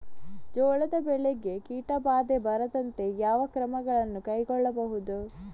ಜೋಳದ ಬೆಳೆಗೆ ಕೀಟಬಾಧೆ ಬಾರದಂತೆ ಯಾವ ಕ್ರಮಗಳನ್ನು ಕೈಗೊಳ್ಳಬಹುದು?